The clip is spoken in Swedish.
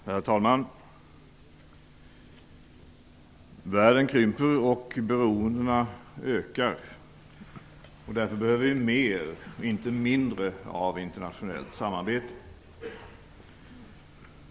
Herr talman! Världen krymper och beroendena ökar. Därför behöver vi mer, inte mindre, av internationellt samarbete.